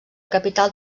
capital